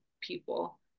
people